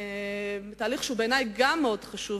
תהליך שגם הוא בעיני מאוד חשוב,